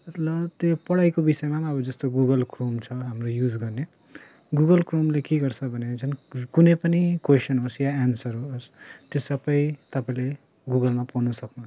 मतलब त्यो पढाइको विषयमा पनि अब जस्तो गुगल क्रोम छ हाम्रो युज गर्ने गुगल क्रोमले के गर्छ भने चाहिँ कुनै पनि कोइसन होस् या आन्सर होस् त्यो सबै तपाईँलेले गुगलमा पाउन सक्नुहुन्छ